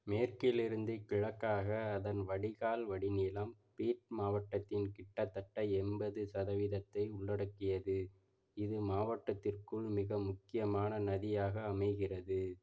மேற்கிலிருந்து கிழக்காக அதன் வடிகால் வடிநிலம் பீட் மாவட்டத்தின் கிட்டத்தட்ட எண்பது சதவீதத்தை உள்ளடக்கியது இது மாவட்டத்திற்குள் மிக முக்கியமான நதியாக அமைகிறது